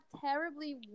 terribly